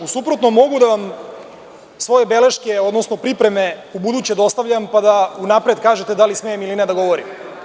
U suprotnom, mogu da vam svoje pripremne beleške ubuduće dostavljam, pa da unapred kažete da li smem ili ne da govorim.